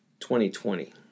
2020